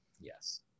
Yes